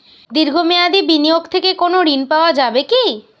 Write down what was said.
দীর্ঘ মেয়াদি বিনিয়োগ থেকে কোনো ঋন পাওয়া যাবে কী?